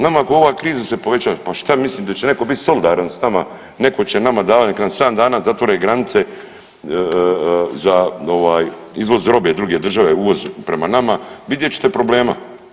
Nama ova kriza se povećaje, pa šta mislim da će netko bit solidaran s nama, neko će nama davat, nek nam 7 dana zatvore granice, za ovaj izvoz robe druge države, uvoz prema nama, vidjet ćete problema.